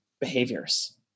behaviors